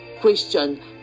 christian